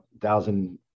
thousand